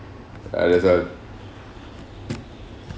ya that's why